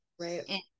right